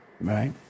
Right